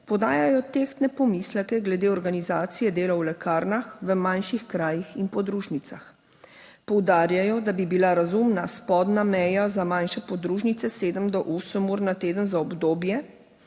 podajajo tehtne pomisleke glede organizacije dela v lekarnah v manjših krajih in podružnicah. Poudarjajo, da bi bila razumna spodnja meja za manjše podružnice 7 do 8 ur na teden za obdobje,